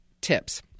tips